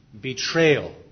betrayal